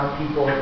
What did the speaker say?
people